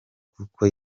kuko